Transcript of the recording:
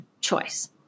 choice